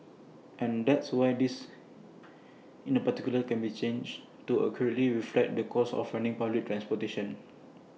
and that's why this in the particular can be change to accurately reflect the cost of running public transportation